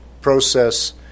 process